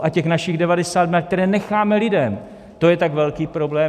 A těch našich 90, které necháme lidem, to je tak velký problém?